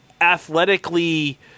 athletically